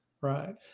Right